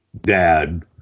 dad